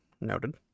noted